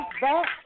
back